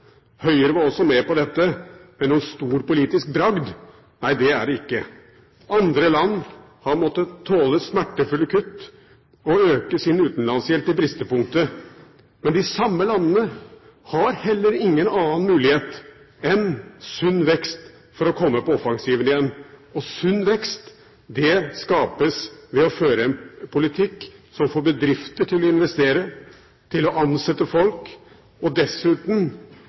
Høyre var også med på dette, men noen stor politisk bragd er det ikke. Andre land har måttet tåle smertefulle kutt og å øke sin utenlandsgjeld til bristepunktet, men de samme landene har heller ingen annen mulighet enn sunn vekst for å komme på offensiven igjen. Og sunn vekst skapes ved å føre en politikk som får bedrifter til å investere og til å ansette folk, og dessuten